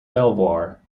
belvoir